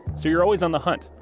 so you're always on the hunt.